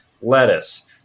lettuce